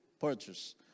Purchase